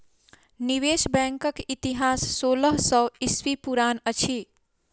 निवेश बैंकक इतिहास सोलह सौ ईस्वी पुरान अछि